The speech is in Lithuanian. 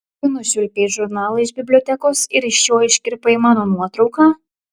tu nušvilpei žurnalą iš bibliotekos ir iš jo iškirpai mano nuotrauką